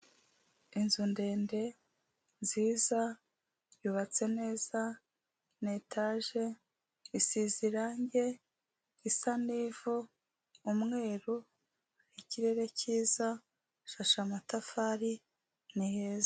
Inzu ndende nziza, yubatse neza, ni etaje, isize irange risa n'ivu, umweru, ikirere cyiza, ishashe amatafari ni heza.